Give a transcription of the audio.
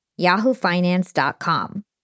yahoofinance.com